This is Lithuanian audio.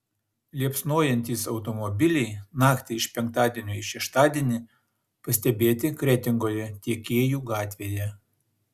liepsnojantys automobiliai naktį iš penktadienio į šeštadienį pastebėti kretingoje tiekėjų gatvėje